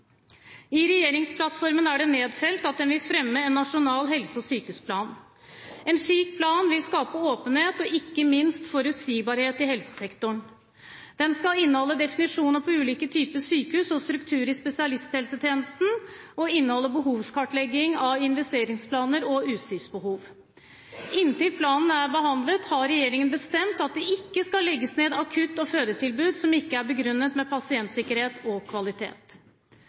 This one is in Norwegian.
I regjeringsplattformen er det nedfelt at en vil fremme en nasjonal helse- og sykehusplan. En slik plan vil skape åpenhet og ikke minst forutsigbarhet i helsesektoren. Den skal inneholde definisjoner på ulike typer sykehus og struktur i spesialisthelsetjenesten og inneholde behovskartlegging av investeringsplaner og utstyrsbehov. Inntil planen er behandlet, har regjeringen bestemt at det ikke skal legges ned akutt- og fødetilbud som ikke er begrunnet med pasientsikkerhet og kvalitet.